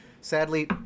Sadly